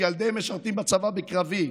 שילדיהם משרתים בצבא בקרבי,